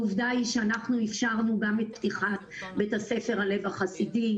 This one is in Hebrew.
העובדה היא שאנחנו אפשרנו גם את פתיחת בית הספר הלב החסידי.